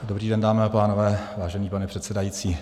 Dobrý den, dámy a pánové, vážený pane předsedající.